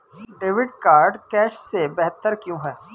Debit card cash से बेहतर क्यों है?